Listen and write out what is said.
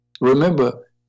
Remember